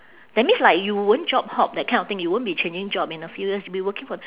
that means like you won't job hop that kind of thing you won't be changing job in a few years you'll be working for